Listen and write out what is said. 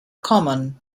common